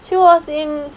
she was in